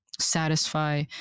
Satisfy